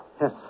Yes